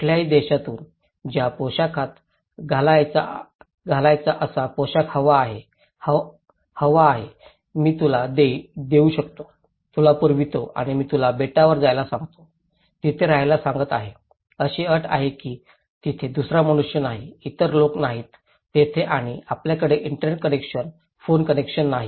कुठल्याही देशातून ज्या पोशाखात घालायचा असा पोशाख हवा आहे हवा आहे मी तुला देऊ शकतो तुला पुरवतो आणि मी तुला बेटवर जायला सांगतो तिथे रहायला सांगत आहे अशी अट आहे की तिथे दुसरा मनुष्य नाही इतर लोक नाहीत तेथे आणि आपल्याकडे इंटरनेट कनेक्शन फोन कनेक्शन नाही